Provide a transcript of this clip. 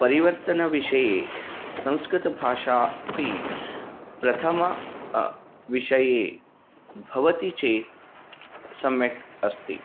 परिवर्तनविषये संस्कृतभाषा अपि प्रथमे विषये भवति चेत् सम्यक् अस्ति